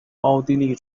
奥地利